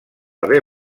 haver